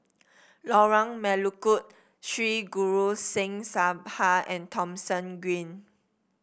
Lorong Melukut Sri Guru Singh Sabha and Thomson Green